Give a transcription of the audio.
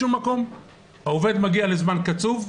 העובד מגיע לזמן קצוב,